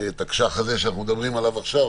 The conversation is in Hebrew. התקש"ח הזה שאנחנו מדברים עליו עכשיו,